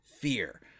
fear